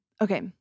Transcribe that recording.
Okay